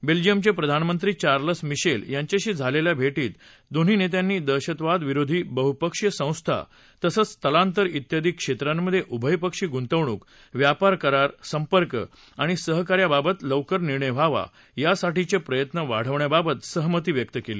बेल्जियमचे प्रधानमंत्री Charles Michel यांचीशी झालेल्या भेटीत दोन्ही नेत्यांनी दहशतवादविरोध बहुपक्षीय संस्था तसंच स्थलांतर रियादी क्षेत्रांमधे उभयपक्षी गुंतवणूक व्यापार करार संपर्क आणि सहाकार्याबाबत लवकर निर्णय व्हावा यासाठीचे प्रयत्न वाढवण्याबाबत सहमती व्यक्त केली